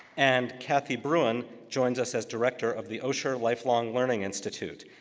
and kathy bruin joins us as director of the osher lifelong learning institute.